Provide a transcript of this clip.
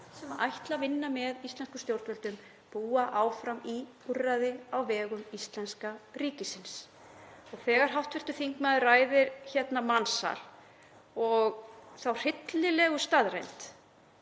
sem ætla að vinna með íslenskum stjórnvöldum búa áfram í úrræði á vegum íslenska ríkisins. Þegar hv. þingmaður ræðir hér mansal og þá hryllilegu staðreynd